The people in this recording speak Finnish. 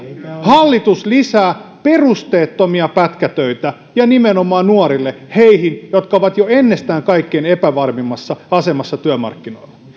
hallitus lisää perusteettomia pätkätöitä ja nimenomaan nuorille heille jotka ovat jo ennestään kaikkein epävarmimmassa asemassa työmarkkinoilla